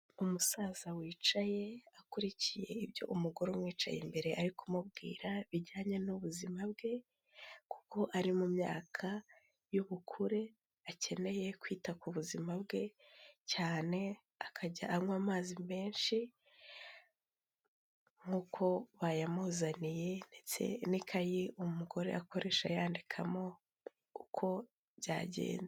Umusaza wicaye akurikiye ibyo umugore umwicaye imbere ari kumubwira bijyanye n'ubuzima bwe, kuko ari mu myaka y'ubukure akeneye kwita ku buzima bwe, cyane akajya anywa amazi menshi nk'uko bayamuzaniye ndetse n'ikayi umugore akoresha yandikamo uko byagenda.